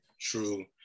true